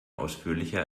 ausführlicher